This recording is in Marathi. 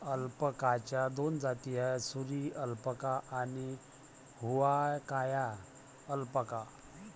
अल्पाकाच्या दोन जाती आहेत, सुरी अल्पाका आणि हुआकाया अल्पाका